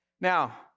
Now